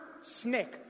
snake